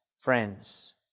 friends